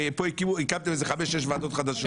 הרי פה הקמתם חמש-שש ועדות חדשות.